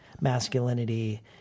masculinity